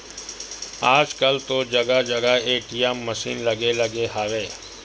आजकल तो जगा जगा ए.टी.एम मसीन लगे लगे हवय